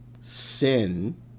sin